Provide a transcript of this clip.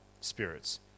spirits